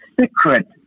secret